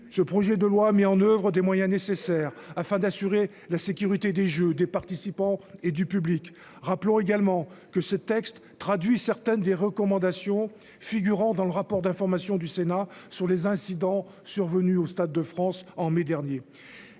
ce projet de loi met en oeuvre des moyens nécessaires afin d'assurer la sécurité des Jeux des participants et du public. Rappelons également que ce texte traduit certaines des recommandations figurant dans le rapport d'information du Sénat sur les incidents survenus au Stade de France en mai dernier.